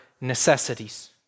necessities